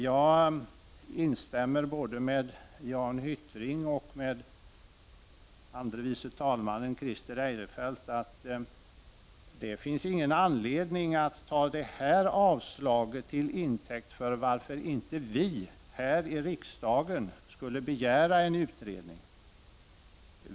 Jag instämmer med Jan Hyttring och med andre vice talmannen Christer Eirefelt i att det inte finns någon anledning att ta detta avslag från riksidrottsmötet till intäkt för att vi här i riksdagen inte skulle begära en utredning.